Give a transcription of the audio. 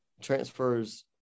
Transfers